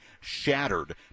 shattered